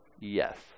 Yes